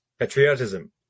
patriotism